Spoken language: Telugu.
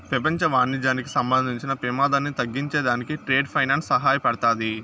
పెపంచ వాణిజ్యానికి సంబంధించిన పెమాదాన్ని తగ్గించే దానికి ట్రేడ్ ఫైనాన్స్ సహాయపడతాది